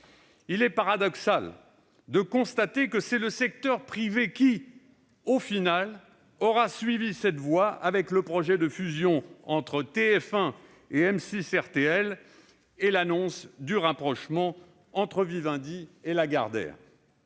il est paradoxal de constater que c'est le secteur privé qui aura finalement suivi cette voie, avec le projet de fusion entre TF1 et M6-RTL et l'annonce du rapprochement entre Vivendi et Lagardère.